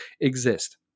exist